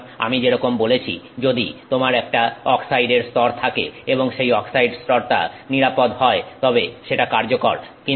সুতরাং আমি যেরকম বলেছি যদি তোমার একটা অক্সাইডের স্তর থাকে এবং সেই অক্সাইড স্তরটা নিরাপদ হয় তবে সেটা কার্যকর